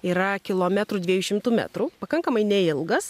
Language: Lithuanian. yra kilometro dviejų šimtų metrų pakankamai neilgas